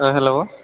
hello